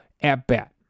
at-bat